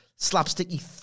slapsticky